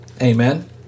Amen